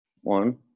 One